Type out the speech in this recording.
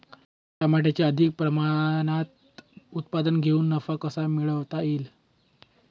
टमाट्याचे अधिक प्रमाणात उत्पादन घेऊन नफा कसा मिळवता येईल?